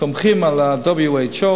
סומכים על ה-WHO,